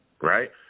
right